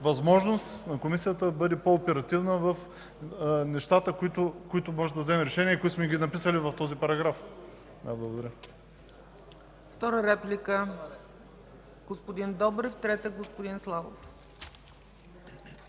възможност на Комисията да бъде по-оперативна по нещата, по които може да вземе решение и които сме написали в този параграф. Благодаря.